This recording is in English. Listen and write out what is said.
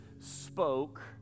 spoke